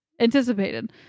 anticipated